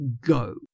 go